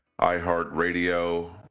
iHeartRadio